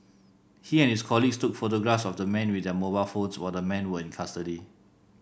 he and his colleagues took photographs of the men with their mobile phones while the men were in custody